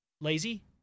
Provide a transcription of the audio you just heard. lazy